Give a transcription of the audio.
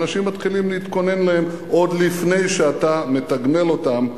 אנשים מתחילים להתכונן להם עוד לפני שאתה מתגמל אותם.